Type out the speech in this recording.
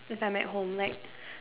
cause I'm at home like